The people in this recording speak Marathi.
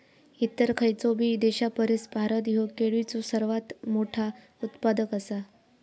इतर खयचोबी देशापरिस भारत ह्यो केळीचो सर्वात मोठा उत्पादक आसा